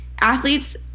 athletes